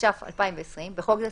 התש"ף 2020‏ (בחוק זה,